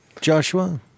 joshua